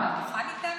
אתה מוכן איתנו?